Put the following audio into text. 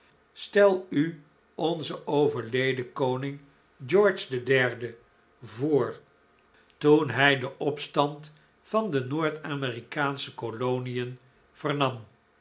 stel u onzen overleden koning george iii voor toen hij den opstand van de noord-amerikaansche kolonien